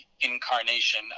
incarnation